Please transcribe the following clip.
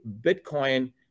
Bitcoin